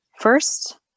First